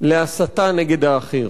להסתה נגד האחר.